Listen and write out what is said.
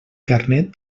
carnet